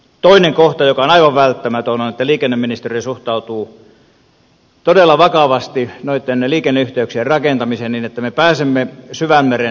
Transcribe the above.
toinen kohta joka on aivan välttämätön on se että liikenneministeriö suhtautuu todella vakavasti noitten liikenneyhteyksien rakentamiseen niin että me pääsemme syvänmeren satamiin